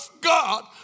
God